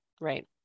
right